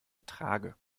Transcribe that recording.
ertrage